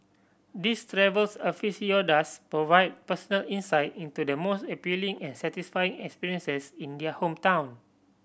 these travels aficionados provide personal insight into the most appealing and satisfying experiences in their hometown